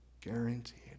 Guaranteed